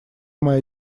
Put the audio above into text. моя